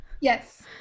Yes